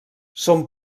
són